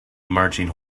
marching